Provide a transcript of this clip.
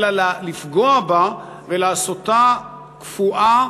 אלא לפגוע בה ולעשותה קפואה,